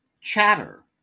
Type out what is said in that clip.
Chatter